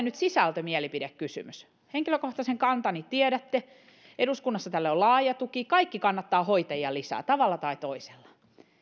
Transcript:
nyt ole sisältömielipidekysymys henkilökohtaisen kantani tiedätte eduskunnassa tälle on laaja tuki kaikki kannattavat hoitajia lisää tavalla tai toisella